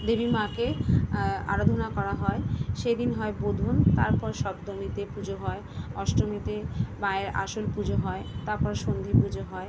দেবীমাকে আরাধনা করা হয় সেদিন হয় বোধন তারপর সপ্তমীতে পুজো হয় অষ্টমীতে মায়ের আসল পুজো হয় তারপরে সন্ধি পুজো হয়